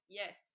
yes